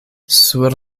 sur